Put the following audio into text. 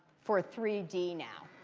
for three d now.